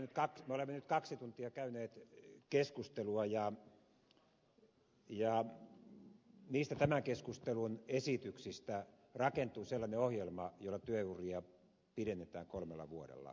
me olemme nyt kaksi tuntia käyneet keskustelua ja niistä tämän keskustelun esityksistä rakentuu sellainen ohjelma jolla työuria pidennetään kolmella vuodella